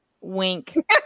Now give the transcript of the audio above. wink